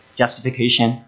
justification